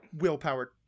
willpower